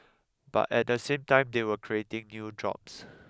but at the same time they are creating new jobs